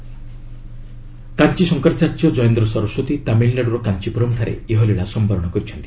ଶଙ୍କରାଚାର୍ଯ୍ୟ କାଞ୍ଚି ଶଙ୍କରାଚାର୍ଯ୍ୟ କୟେନ୍ଦ୍ର ସରସ୍ପତୀ ତାମିଲନାଡ଼ୁର କାଞ୍ଚିପୁରମ୍ଠାରେ ଇହଲୀଳା ସମ୍ଭରଣ କରିଛନ୍ତି